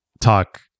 talk